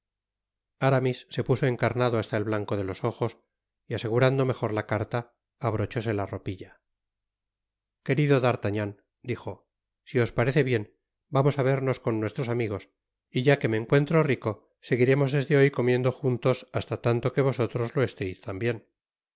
aramis se puso encarnado hasta el blanco de los ojos y asegurando mejor la carta abrochóse la ropilla querido d'artagnan dijo si os parece bien vamos á vernos con nuestros amigos y ya que me encuentro rico seguiremos desde hoy comiendo juntos hasta tanto que vosotros lo esteís tambien